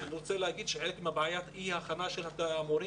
אני רוצה לומר חלק מבעיית אי ההכנה של המורים